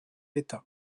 état